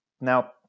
Now